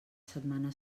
setmana